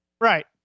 Right